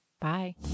Bye